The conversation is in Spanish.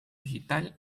digital